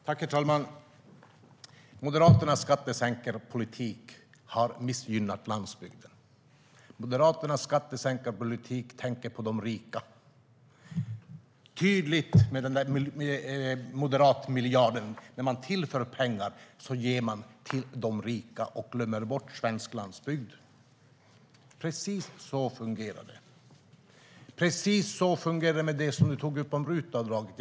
Herr talman! Moderaternas skattesänkarpolitik har missgynnat landsbygden. Moderaternas skattesänkarpolitik tänker på de rika. Det är tydligt när det gäller moderatmiljarden. När man tillför pengar ger man till de rika och glömmer bort svensk landsbygd. Precis så fungerar det. Precis så fungerar det också med det du tog upp om RUT-avdraget, Anette Åkesson.